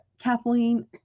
Kathleen